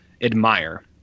admire